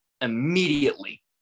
immediately